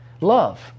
Love